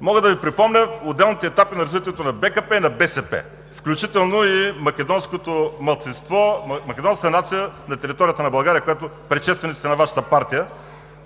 Мога да Ви припомня отделните етапи на развитието на БКП и на БСП, включително и македонската нация на територията на България, която предшествениците на Вашата партия